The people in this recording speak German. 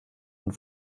und